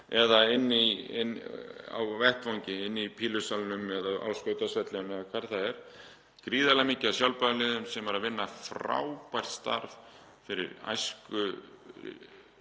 eða inni á vettvangi, inni í pílusalnum eða á skautasvellinu eða hvar það er, gríðarlega mikið af sjálfboðaliðum sem eru að vinna frábært starf fyrir æsku